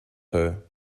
her